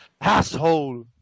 Asshole